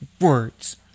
words